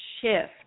shift